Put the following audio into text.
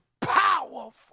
powerful